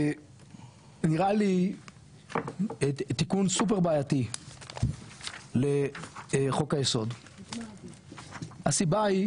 נראה לי תיקון סופר בעייתי לחוק היסוד, הסיבה היא